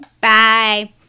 Bye